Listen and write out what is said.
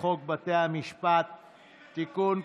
חוק בתי המשפט (תיקון,